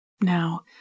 Now